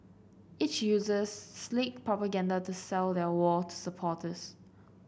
each uses slick propaganda to sell their war to supporters